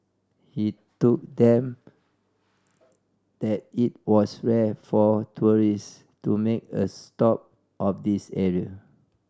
he told them that it was rare for tourists to make a stop of this area